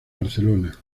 barcelona